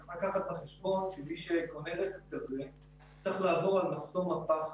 צריך לקחת בחשבון שמי שרוצה לקנות רכב כזה צריך לעבור את מחסום הפחד.